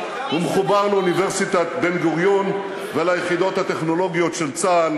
הוא מחובר לאוניברסיטת בן-גוריון וליחידות הטכנולוגיות של צה"ל,